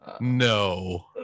No